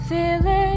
Feeling